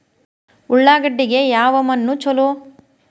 ಉಳ್ಳಾಗಡ್ಡಿಗೆ ಯಾವ ಮಣ್ಣು ಛಲೋ?